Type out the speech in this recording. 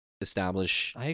Establish